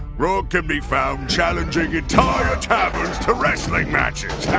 grog can be found challenging entire taverns to wrestling matches!